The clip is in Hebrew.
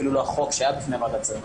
אפילו לא החוק שהיה בפני ועדת שרים,